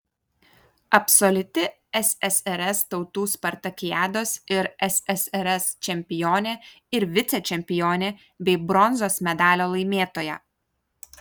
absoliuti ssrs tautų spartakiados ir ssrs čempionė ir vicečempionė bei bronzos medalio laimėtoja